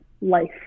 life